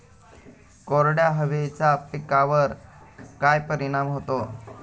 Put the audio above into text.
कोरड्या हवेचा पिकावर काय परिणाम होतो?